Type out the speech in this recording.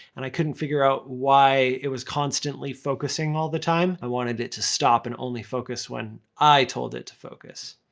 and i couldn't figure out why it was constantly focusing all the time. i wanted it to stop, and only focus when i told it to focus.